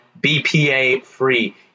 BPA-free